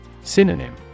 Synonym